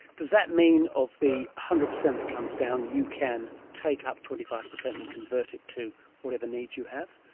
does that mean of the one hundred percent that comes down, you can take up twenty five percent and convert it to whatever needs you have?